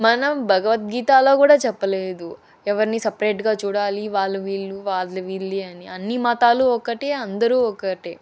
మనం భగవద్గీతలో కూడా చెప్పలేదు ఎవరినీ సపరేట్గా చూడాలి వాళ్ళు వీళ్ళు వాళ్ళు వీళ్ళే అని అన్నీ మతాలు ఒక్కటే అందరూ ఒక్కటే